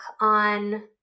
on